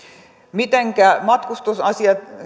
mitenkä matkustusasiat